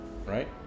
Right